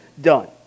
done